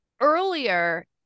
earlier